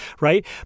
right